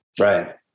Right